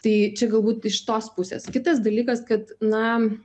tai čia galbūt iš tos pusės kitas dalykas kad na